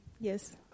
Yes